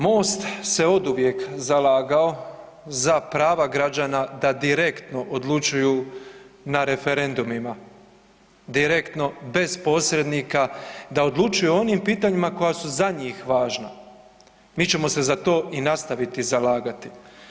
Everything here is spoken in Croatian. MOST se oduvijek zalagao za prava građana da direktno odlučuju na referendumima, direktno bez posredno da odlučuju o onim pitanjima koja su za njih važna, mi ćemo se za to i nastaviti zalagati.